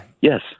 yes